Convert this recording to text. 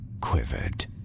quivered